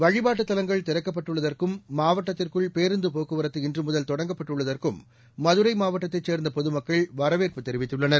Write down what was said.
வழிபாட்டுத் தலங்கள் திறக்கப்பட்டுள்ளதற்கும் மாவட்டத்திற்குள் பேருந்து போக்குவரத்து இன்று தொடங்கப்பட்டுள்ளதற்கும் மதுரை மாவட்டத்தைச் சேர்ந்த பொதுமக்கள் வரவேற்பு முதல் தெரிவித்துள்ளனர்